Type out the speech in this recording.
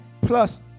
plus